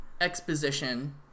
exposition